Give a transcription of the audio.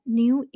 new